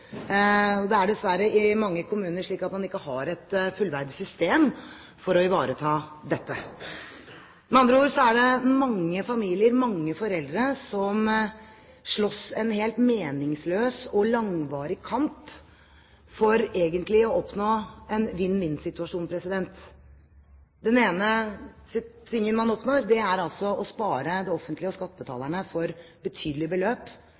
og det er dessverre i mange kommuner slik at man ikke har et fullverdig system for å ivareta dette. Med andre ord er det mange familier, mange foreldre, som slåss en helt meningsløs og langvarig kamp for egentlig å oppnå en vinn-vinn-situasjon. Det ene man oppnår, er altså å spare det offentlige og skattebetalerne for betydelige beløp,